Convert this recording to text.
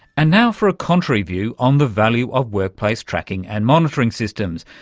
and now for a contrary view on the value of workplace tracking and monitoring systems,